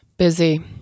Busy